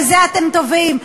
בזה אתם טובים,